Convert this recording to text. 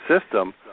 system